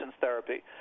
therapy